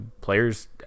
players